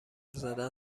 زدن